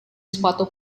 sepatu